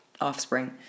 offspring